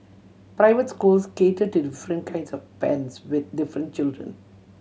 private schools cater to different kinds of parents with different children